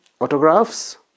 autographs